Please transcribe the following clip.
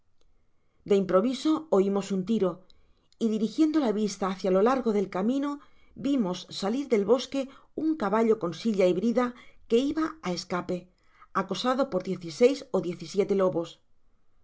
de improviso oimos ua tiro y dirigiendo la vista hácia lo largo del camino vimos salir del bosque un caballo con silla y brida que iba á escape acosado por diez y seis ó diez y siete lobos